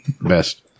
best